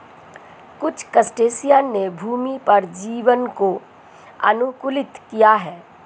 कुछ क्रस्टेशियंस ने भूमि पर जीवन को अनुकूलित किया है